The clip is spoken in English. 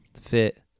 fit